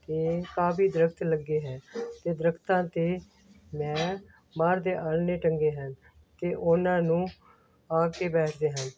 ਅਤੇ ਕਾਫੀ ਦਰੱਖਤ ਲੱਗੇ ਹੈ ਅਤੇ ਦਰੱਖਤਾਂ 'ਤੇ ਮੈਂ ਬਾਹਰ ਦੇ ਆਲ੍ਹਣੇ ਟੰਗੇ ਹਨ ਅਤੇ ਉਹਨਾਂ ਨੂੰ ਆ ਕੇ ਬੈਠਦੇ ਹਨ